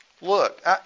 Look